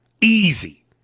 Easy